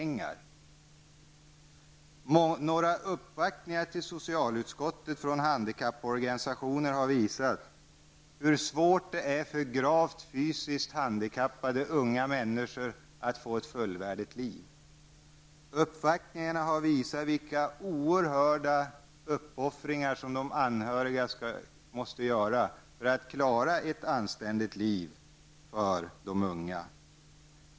Några uppvaktningar i socialutskottet från handikapporganisationer har visat hur svårt det är för gravt fysiskt handikappade unga människor att få ett fullvärdigt liv. Dessa uppvaktningar har också visat vilka oerhörda uppoffringar som de anhöriga måste göra för att klara ett anständigt liv för de unga.